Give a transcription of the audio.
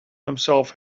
himself